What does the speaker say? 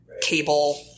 cable